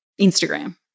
Instagram